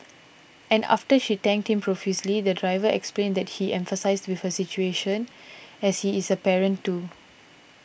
and after she thanked him profusely the driver explained that he empathised with her situation as he is a parent too